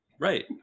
right